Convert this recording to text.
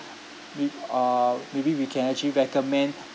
we uh maybe we can actually recommend